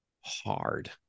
hard